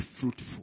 fruitful